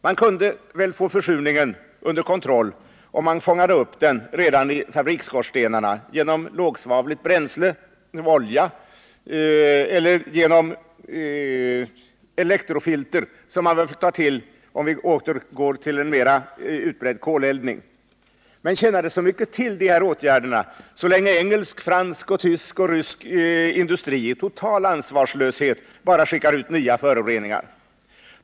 Man kunde väl få försurningen under kontroll, om man fångade upp den redan i fabriksskorstenarna genom användning av lågsvavlig olja eller genom insättning av elektrofilter vid oljeeller koleldning. Men tjänar dessa åtgärder så mycket till så länge engelsk, fransk, tysk och rysk industri i total ansvarslöshet bara skickar ut nya föroreningar?